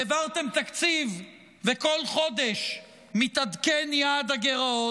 העברתם תקציב, וכל חודש מתעדכן יעד הגירעון.